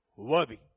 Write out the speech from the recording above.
Worthy